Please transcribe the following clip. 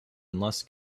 unless